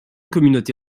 communauté